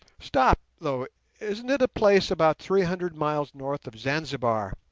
stop, though isn't it a place about three hundred miles north of zanzibar